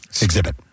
exhibit